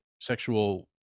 sexual